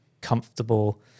comfortable